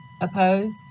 Opposed